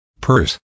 purse